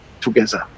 together